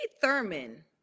Thurman